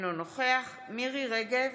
אינו נוכח מירי מרים רגב,